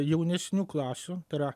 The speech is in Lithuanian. jaunesnių klasių tai yra